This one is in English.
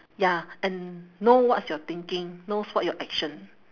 ya and know what's your thinking knows what your action